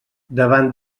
davant